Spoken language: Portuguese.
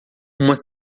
uma